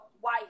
white